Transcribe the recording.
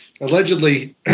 allegedly